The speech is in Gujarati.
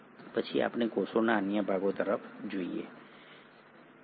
પછી આપણે કોષોના અન્ય ભાગો તરફ જોઈએ છીએ